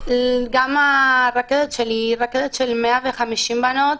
גם הרכזת שלי, היא רכזת של 150 בנות,